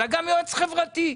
אלא גם יועץ חברתי.